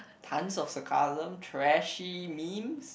tons of sarcasm trashy memes